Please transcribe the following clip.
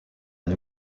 new